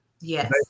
Yes